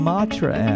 Matra